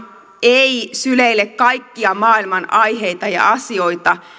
ei syleile kaikkia maailman aiheita ja asioita